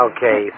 Okay